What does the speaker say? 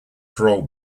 parole